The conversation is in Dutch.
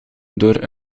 door